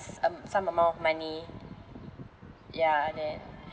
s~ um some amount of money ya and then